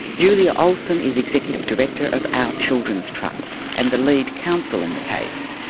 julia olson is executive director of our children's trust, and the lead counsel in the case.